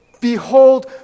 behold